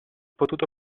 potuto